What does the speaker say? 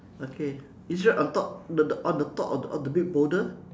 okay it's right on top the the on the top of the of the big boulder